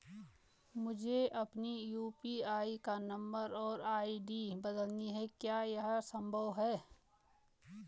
मुझे अपने यु.पी.आई का नम्बर और आई.डी बदलनी है क्या यह संभव है?